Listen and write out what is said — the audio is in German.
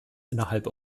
innerhalb